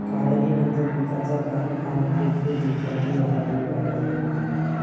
काढणीनंतर पिकाचा काही भाग योग्य देखभालीअभावी वाया जातो